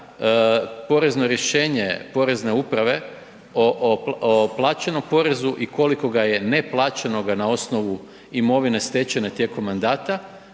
porezno rješenje porezne uprave o plaćenom porezu i koliko ga je neplaćenoga na osnovu imovine stečene tijekom mandata